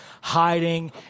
hiding